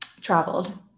traveled